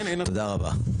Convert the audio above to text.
תודה רבה.